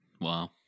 Wow